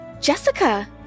Jessica